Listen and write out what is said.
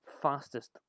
fastest